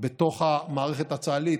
בתוך המערכת הצה"לית,